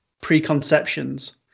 preconceptions